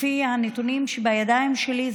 לפי הנתונים שבידיים שלי,